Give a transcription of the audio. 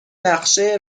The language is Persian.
نقشه